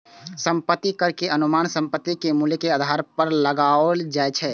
संपत्ति कर के अनुमान संपत्ति के मूल्य के आधार पर लगाओल जाइ छै